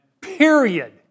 Period